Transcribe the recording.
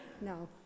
No